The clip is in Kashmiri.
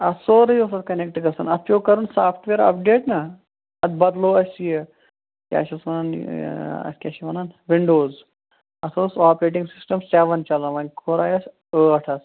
اَتھ سورُے اوس اَتھ کَنیٚکٹہٕ گَژھان اَتھ پیٚوو کَرُن سافٹہٕ ویٚر اَپڈیٚٹ نا اَتھ بَدلوو اسہِ یہِ کیٛاہ چھِ اَتھ وَنان یہِ اَتھ کیٛاہ چھِ وَنان وِنٛڈوٚز اَتھ اوس آپریٚٹِنٛگ سِسٹَم سیٚوَن چَلان وۅنۍ کھُلایوس ٲٹھ حظ